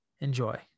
Enjoy